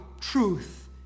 truth